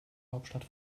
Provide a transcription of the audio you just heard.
hauptstadt